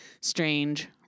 strange